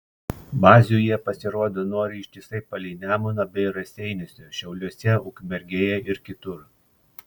bazių jie pasirodo nori ištisai palei nemuną bei raseiniuose šiauliuose ukmergėje ir kitur